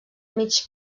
mig